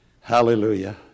hallelujah